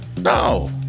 no